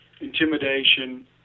intimidation